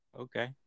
Okay